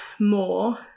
more